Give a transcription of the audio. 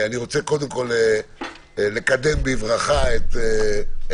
אני רוצה קודם כל לקדם בברכה את המתמחה,